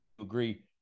agree